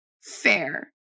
Fair